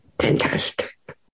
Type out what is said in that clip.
fantastic